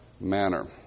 manner